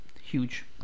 huge